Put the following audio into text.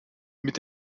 mit